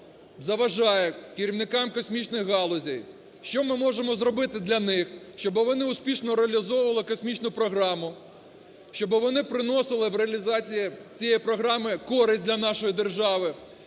заважає керівникам космічних галузей, що ми можемо зробити для них, щоби вони успішно реалізовували космічну програму, щоби вони приносили в реалізації цієї програми користь для нашої держави,